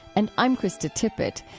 and i'm krista tippett.